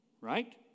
right